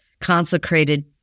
consecrated